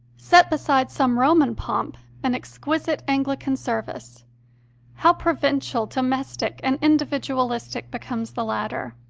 set beside some roman pomp an ex quisite anglican service how provincial, domestic, and individualistic becomes the latter!